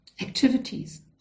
activities